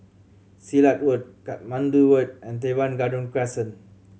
Silat Road Katmandu Road and Teban Garden Crescent